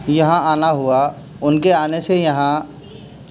یہاں آنا ہوا ان کے آنے سے یہاں